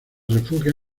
refugia